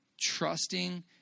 trusting